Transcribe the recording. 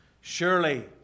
surely